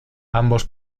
ambos